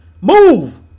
move